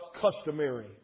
customary